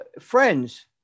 friends